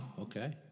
okay